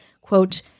quote